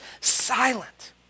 silent